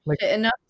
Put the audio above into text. enough